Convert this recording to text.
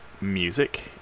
music